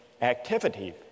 activity